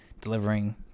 delivering